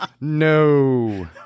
no